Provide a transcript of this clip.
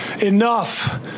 enough